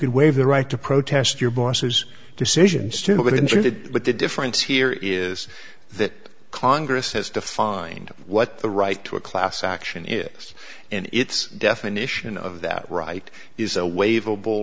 could waive the right to protest your boss who's decisions to get injured but the difference here is that congress has defined what the right to a class action is and its definition of that right is a wave a ball